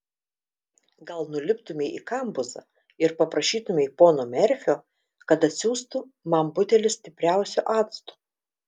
gal nuliptumei į kambuzą ir paprašytumei pono merfio kad atsiųstų man butelį stipriausio acto